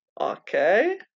Okay